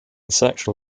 sexual